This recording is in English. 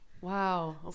Wow